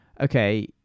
Okay